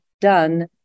Done